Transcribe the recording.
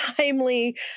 timely